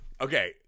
Okay